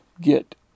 get